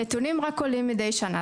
הנתונים רק עולים מידי שנה,